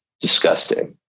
Disgusting